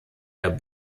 der